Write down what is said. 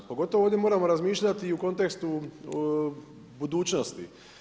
Pogotovo ovdje moramo razmišljati i o kontekstu budućnosti.